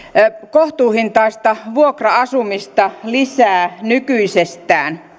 kohtuuhintaista vuokra asumista lisää nykyisestään